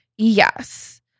Yes